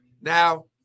Now